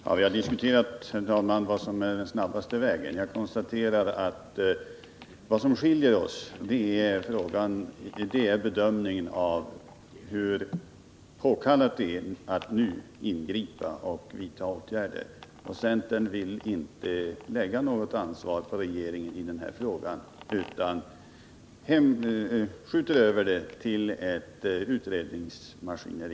Herr talman! Vi har diskuterat vad som går snabbast. Jag konstaterar att vad som skiljer oss är att vi har olika bedömningar av hur påkallat det är att nu ingripa och vidta åtgärder. Centern vill inte lägga något ansvar på regeringen i den här frågan utan vill skjuta över ansvaret till ett utredningsmaskineri.